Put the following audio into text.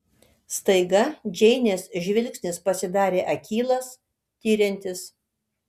staiga džeinės žvilgsnis pasidarė akylas tiriantis